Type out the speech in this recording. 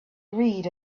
read